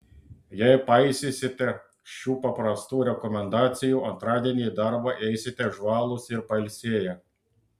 jei paisysite šių paprastų rekomendacijų antradienį į darbą eisite žvalūs ir pailsėję